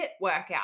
workout